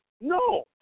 No